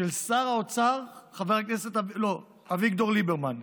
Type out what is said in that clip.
של שר האוצר אביגדור ליברמן.